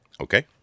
Okay